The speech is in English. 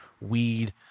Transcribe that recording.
weed